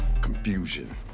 confusion